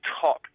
Top